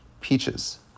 peaches